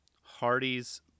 Hardy's